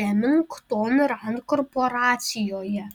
remington rand korporacijoje